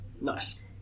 nice